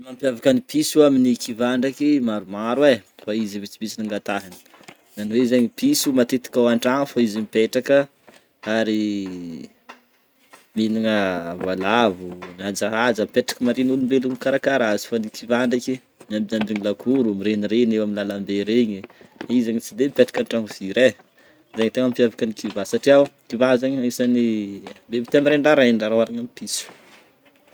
Mampiavaka ny piso amin'ny kivà ndreky maromaro e, ra izy vitsivitsy no agnatahana, piso matetika antragno fô zare mipetraka ary mihinagna volavo mihajahaja mipetraka marivon'olombelo mikarahakaraha azy fa ny kivà ndreky miambinambina lakoro mirenireny eo aminy lalana be regny, izy zany tsy de mipetraka antragno firy e, zegny mampiavaka ny kivà, satria ny kivà anisany biby tia mirendrarendra ra hoarina amin'ny piso